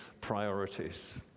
priorities